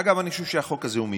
אגב, אני חושב שהחוק הזה הוא מיותר.